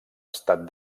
estat